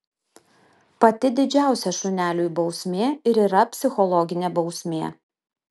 pati didžiausia šuneliui bausmė ir yra psichologinė bausmė